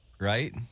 right